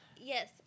Yes